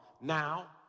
Now